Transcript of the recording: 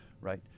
right